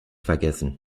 vergessen